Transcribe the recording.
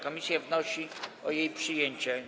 Komisja wnosi o jej przyjęcie.